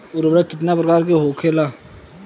उर्वरक कितना प्रकार के होखेला?